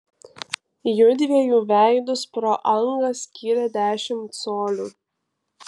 jųdviejų veidus pro angą skyrė dešimt colių